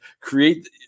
create